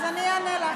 אז אני אענה לך.